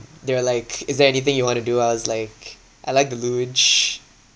they were like is there anything you want to do I was like I like the luge